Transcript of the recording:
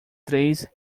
três